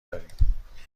داریم